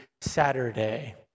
Saturday